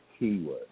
keywords